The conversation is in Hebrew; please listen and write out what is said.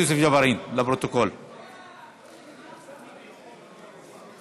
איסור הספקת שירותים נוספים על-ידי בעל רישיון שהוא בעל תשתית קווית),